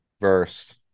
verse